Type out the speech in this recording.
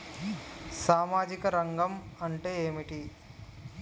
సామాజిక రంగం అంటే ఏమిటి?